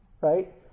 right